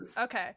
okay